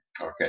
Okay